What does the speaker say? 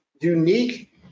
unique